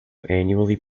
annually